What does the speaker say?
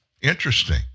interesting